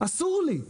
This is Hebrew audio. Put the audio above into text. אסור לי.